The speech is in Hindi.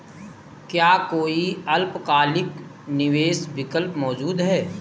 क्या कोई अल्पकालिक निवेश विकल्प मौजूद है?